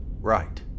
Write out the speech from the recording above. right